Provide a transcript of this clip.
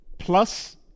Plus